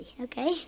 Okay